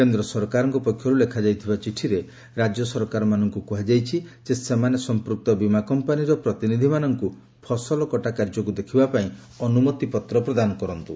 କେନ୍ଦ୍ର ସରକାରଙ୍କ ପକ୍ଷରୁ ଲେଖାଯାଇଥିବା ଚିଠିରେ ରାଜ୍ୟ ସରକାରମାନଙ୍କୁ କୁହାଯାଇଛି ସେମାନେ ସମ୍ପୁକ୍ତ ବୀମା କମ୍ପାନୀର ପ୍ରତିନିଧିମାନଙ୍କୁ ଫସଲ କଟା କାର୍ଯ୍ୟକୁ ଦେଖିବାପାଇଁ ଅନୁମତି ପତ୍ର ପ୍ରଦାନ କରନ୍ତୁ